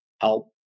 help